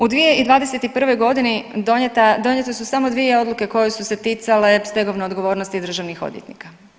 U 2021.g. donijete su samo dvije odluke koje su se ticale stegovne odgovornosti državnih odvjetnika.